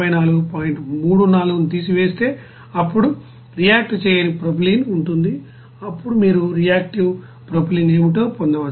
34 ను తీసివేస్తే అప్పుడు రియాక్ట్ చేయని ప్రొపైలిన్ ఉంటుంది అప్పుడు మీరు రియాక్టివ్ ప్రొపైలిన్ ఏమిటో పొందవచ్చు